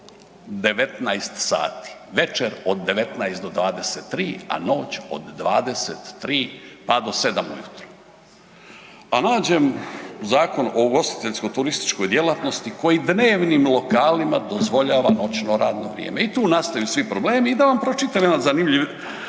19 sati, večer od 19 do 23, a noć od 23 pa do 7 ujutro. A nađem u Zakonu o ugostiteljsko-turističkoj djelatnosti koji dnevnim lokalima dozvoljava noćno radno vrijeme i tu nastaju svi problemi. I da vam pročitam jedan zanimljiv